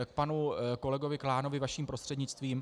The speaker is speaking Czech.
K panu kolegovi Klánovi vaším prostřednictvím.